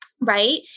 Right